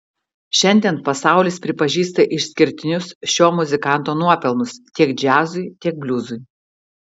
šiandien pasaulis pripažįsta išskirtinius šio muzikanto nuopelnus tiek džiazui tiek bliuzui